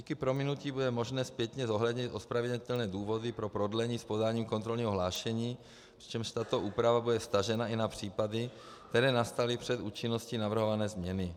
Díky prominutí bude možné zpětně zohlednit ospravedlnitelné důvody pro prodlení z podání kontrolního hlášení, v čemž tato úprava bude vztažena i na případy, které nastaly před účinností navrhované změny.